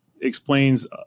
explains